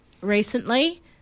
recently